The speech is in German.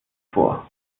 vor